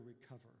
recover